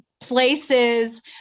places